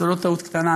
זו לא טעות קטנה,